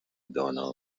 دانا